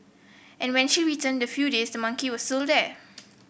and when she returned the few days the monkey was still there